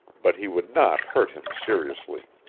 but he would not hurt him seriously.